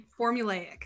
Formulaic